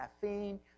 caffeine